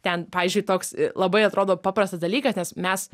ten pavyzdžiui toks labai atrodo paprastas dalykas nes mes